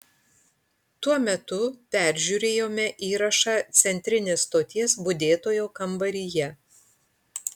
tuo metu peržiūrėjome įrašą centrinės stoties budėtojo kambaryje